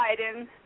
Biden